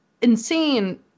insane